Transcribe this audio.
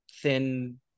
thin